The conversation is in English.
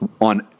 on